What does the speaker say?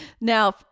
Now